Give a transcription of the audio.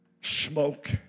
Smoke